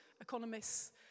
Economists